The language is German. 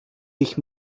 dich